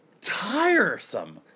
tiresome